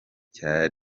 cya